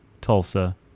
Tulsa